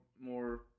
more